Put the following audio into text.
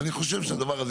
מה הבעיה?